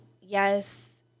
yes